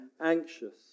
anxious